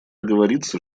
говорится